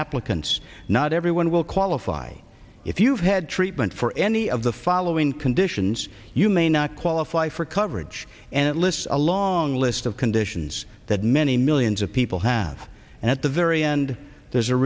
applicants not everyone will qualify if you've had treatment for any of the following conditions you may not qualify for coverage and it lists a long list of conditions that many millions of people have and at the very end there's a